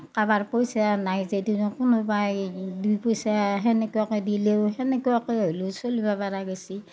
কা'ৰোবাৰ পইচা নাই যদিও কোনোবাই দুই পইচা সেনেকুৱাকে দিলেও তেনেকুৱাকে হ'লিও চলবা পাৰা গেছি